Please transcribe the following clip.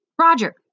Roger